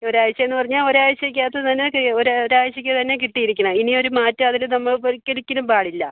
ഒരാഴ്ച്ചയെന്ന് പറഞ്ഞാൽ ഒരാഴ്ച്ചക്കകത്ത് തന്നെ ചെയ്യ് ഒരു ഒരാഴ്ച്ചയ്ക്കു തന്നെ കിട്ടിയിരിക്കണം ഇനിയൊരു മാറ്റം അതിൽ നമ്മൾ ഒരിക്കലും പാടില്ല